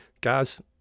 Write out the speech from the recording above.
Guys